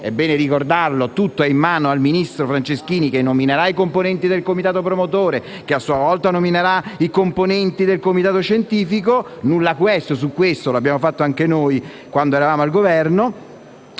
è ben ricordarlo, tutto è in mano al ministro Franceschini, che nominerà i componenti del comitato promotore, che a sua volta nominerà i componenti del comitato scientifico; *nulla quaestio* su questo, lo abbiamo fatto anche noi quando eravamo al Governo